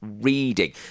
reading